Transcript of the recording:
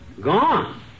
Gone